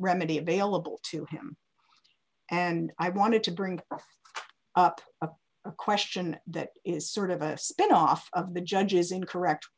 remedy available to him and i wanted to bring up a question that is sort of a spin off of the judge's incorrect